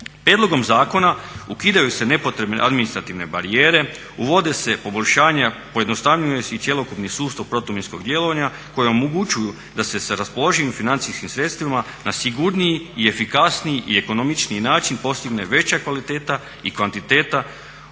Prijedlogom zakona ukidaju se nepotrebne administrativne barijere, uvode se poboljšanja, pojednostavljuje se i cjelokupni sustav protuminskog djelovanja koji omogućuju da se sa raspoloživim financijskim sredstvima na sigurniji i efikasniji i ekonomičniji način postigne veća kvaliteta i kvantiteta